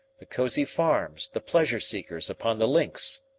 the cozy farms, the pleasure-seekers upon the links.